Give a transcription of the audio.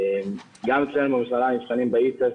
גם אצלנו במכללה נבחנים ב-E-test,